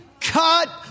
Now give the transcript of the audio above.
cut